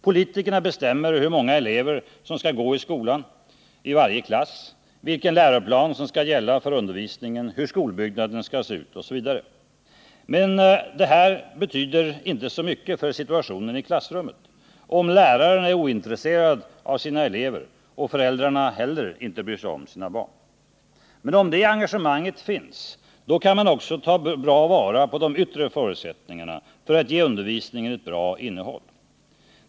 Politikerna bestämmer hur många elever som skall gå i varje klass, vilken läroplan som skall gälla för undervisningen, hur skolbyggnaden skall se ut osv. Men det där betyder inte mycket för situationen i klassrummet, om läraren är ointresserad av sina elever och föräldrarna inte heller bryr sig om sina barn. Men om det engagemanget finns, då kan man också ta väl vara på de yttre förutsättningarna för att ge undervisningen ett bra innehåll.